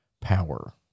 power